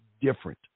different